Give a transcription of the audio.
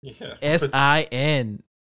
S-I-N